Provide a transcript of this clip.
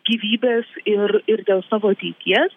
gyvybės ir ir dėl savo ateities